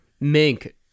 Mink